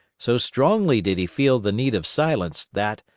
so strongly did he feel the need of silence, that,